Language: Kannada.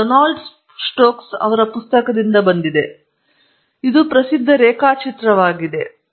ಇದು ಡೊನಾಲ್ಡ್ ಸ್ಟೋಕ್ಸ್ ಪುಸ್ತಕದಿಂದ ಬಂದಿದೆ ಆದರೆ ಇದು ಮೂಲತಃ ಪ್ರಸಿದ್ಧ ರೇಖಾಚಿತ್ರವಾಗಿದೆ